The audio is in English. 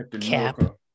cap